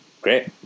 Great